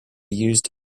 used